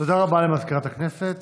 תודה רבה למזכירת הכנסת.